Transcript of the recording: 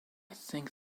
think